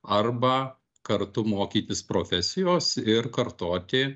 arba kartu mokytis profesijos ir kartoti